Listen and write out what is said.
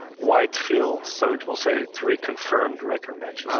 white fill, so it will say three confirmed record matches. oh,